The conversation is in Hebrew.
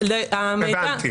המידע -- הבנתי,